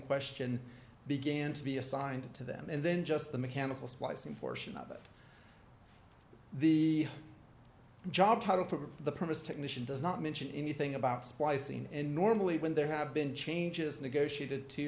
question began to be assigned to them and then just the mechanical splicing portion of it the job title for the purpose technician does not mention anything about splicing and normally when there have been changes negotiated to